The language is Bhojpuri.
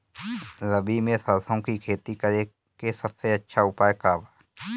रबी में सरसो के खेती करे के सबसे अच्छा उपाय का बा?